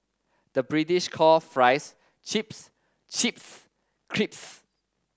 the British call fries chips chips crisps